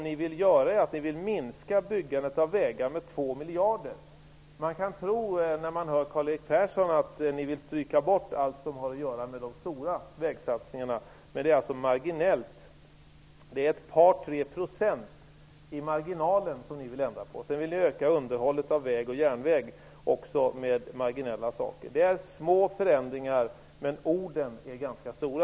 Ni vill minska byggandet av vägar med 2 miljarder. När man hör Karl-Erik Persson kan man tro att ni vill stryka bort allt som har att göra med de stora vägsatsningarna, men det är alltså marginellt. Det är 2--3 % i marginalen som ni vill ändra på. Ni vill öka underhåll av vägar och järnvägar, också marginellt. Det är små förändringar, men orden är ganska stora.